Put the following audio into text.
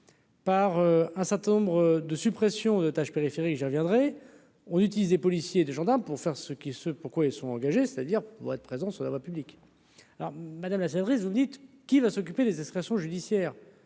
Par un certain nombre de suppressions de tâches périphériques, j'y reviendrai, on utilise policiers et de gendarmes pour faire ce qui ce pourquoi ils sont engagés, c'est-à-dire pour être présent sur la voie publique, alors Madame la cerise dites qui va s'occuper des instructions judiciaires